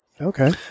Okay